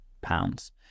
pounds